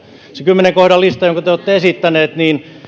se kymmenen kohdan lista jonka te olette esittäneet